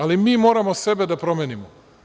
Ali, mi moramo sebe da promenimo.